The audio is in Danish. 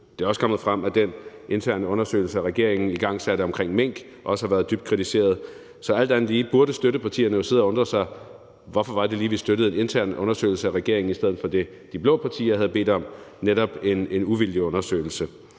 Det er også kommet frem, at den interne undersøgelse, regeringen igangsatte omkring mink, også har været dybt kritiseret. Så alt andet lige burde støttepartierne jo sidde og undre sig over, hvorfor det lige var, at de støttede en intern undersøgelse af regeringen i stedet for det, de blå partier havde bedt om, nemlig en uvildig undersøgelse.